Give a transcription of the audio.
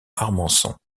armançon